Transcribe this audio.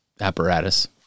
apparatus